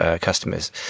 customers